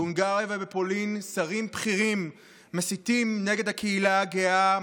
בהונגריה ובפולין שרים בכירים מסיתים נגד הקהילה הגאה,